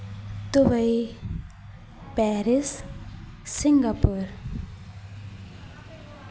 Dubai Paris Singapore